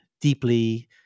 deeply